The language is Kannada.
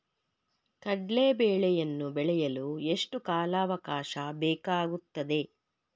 ಕಡ್ಲೆ ಬೇಳೆಯನ್ನು ಬೆಳೆಯಲು ಎಷ್ಟು ಕಾಲಾವಾಕಾಶ ಬೇಕಾಗುತ್ತದೆ?